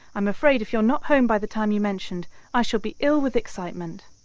i'm afraid if you're not home by the time you mentioned i shall be ill with excitement.